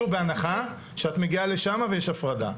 שוב בהנחה שאת מגיעה לשמה ויש הפרדה.